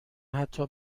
حتی